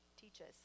teaches